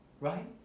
right